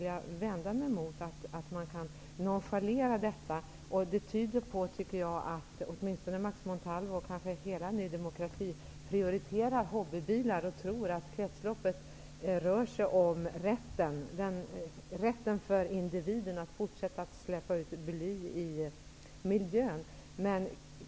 Jag vänder mig mot att man nonchalerar problemet. Detta tyder enligt min mening på att åtminstone Max Montalvo, och kanske hela Ny demokrati, prioriterar hobbybilar och tror att kretslopp handlar om rätten för individen att fortsätta att släppa ut bly i miljön.